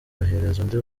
undi